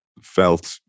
felt